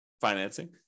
financing